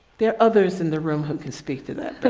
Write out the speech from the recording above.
there are others in the room who can speak to that. but